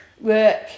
Work